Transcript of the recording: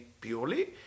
purely